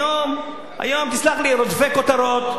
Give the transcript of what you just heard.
היום, היום, תסלח לי, רודפי כותרות.